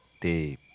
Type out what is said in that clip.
the